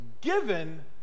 given